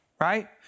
right